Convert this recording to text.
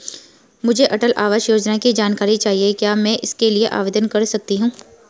मुझे अटल आवास योजना की जानकारी चाहिए क्या मैं इसके लिए आवेदन कर सकती हूँ?